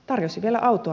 tarjosi tiellä auto